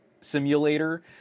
simulator